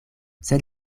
sed